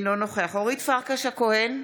אינו נוכח אורית פרקש הכהן,